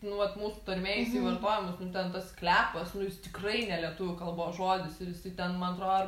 nu vat mūsų tarmėj jisai vartojamas nu ten tas sklepas nu jis tikrai ne lietuvių kalbos žodis ir jisai ten man atro ar